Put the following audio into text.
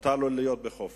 מותר לו להיות בחופש.